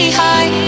high